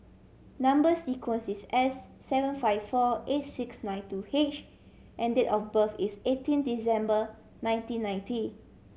number sequence is S seven five four eight six nine two H and date of birth is eighteen December nineteen ninety